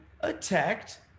attacked